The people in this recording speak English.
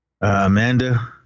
Amanda